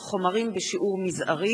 נשיאים של בתי-משפט מחוזיים ושל בתי-משפט שלום),